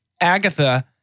Agatha